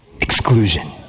exclusion